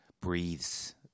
breathes